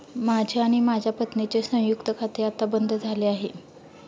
माझे आणि माझ्या पत्नीचे संयुक्त खाते आता बंद झाले आहे